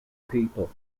people